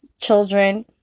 children